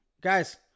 Guys